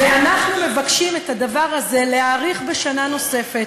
ואנחנו מבקשים את הדבר הזה להאריך בשנה נוספת,